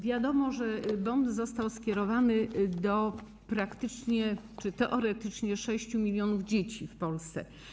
Wiadomo, że bon został skierowany do praktycznie czy teoretycznie 6 mln dzieci w Polsce.